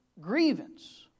grievance